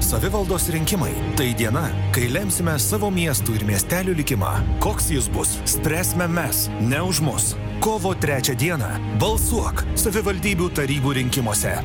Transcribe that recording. savivaldos rinkimai tai diena kai lemsime savo miestų ir miestelių likimą koks jis bus spręsime mes ne už mus kovo trečią dieną balsuok savivaldybių tarybų rinkimuose